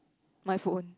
my phone